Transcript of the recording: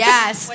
Yes